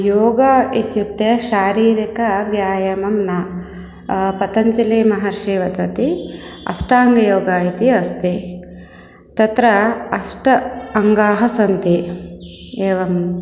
योगः इत्युक्ते शारीरकव्यायामः न पतञ्जलिमहर्षिः वदति अष्टाङ्गयोगः इति अस्ति तत्र अष्ट अङ्गानि सन्ति एवं